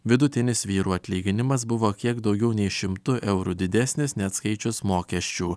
vidutinis vyrų atlyginimas buvo kiek daugiau nei šimtu eurų didesnis neatskaičius mokesčių